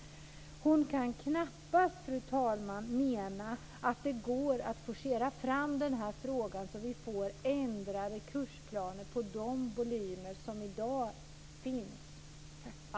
Skolministern kan knappast, fru talman, mena att det går att forcera fram frågan så att vi får ändrade kursplaner på de volymer som i dag finns.